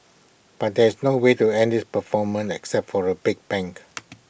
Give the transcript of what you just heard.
but there's no way to end this performance except for A big bang